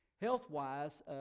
Health-wise